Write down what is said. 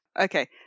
Okay